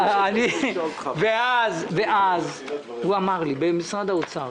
הוא אמר לי במשרד האוצר,